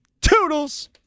Toodles